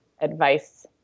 advice